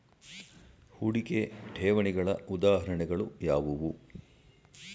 ಹೂಡಿಕೆ ಠೇವಣಿಗಳ ಉದಾಹರಣೆಗಳು ಯಾವುವು?